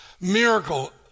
miracle